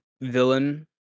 villain